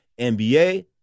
NBA